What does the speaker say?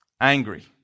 angry